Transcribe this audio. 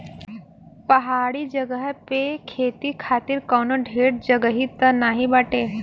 पहाड़ी जगह पे खेती खातिर कवनो ढेर जगही त नाही बाटे